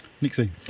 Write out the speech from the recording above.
Nixie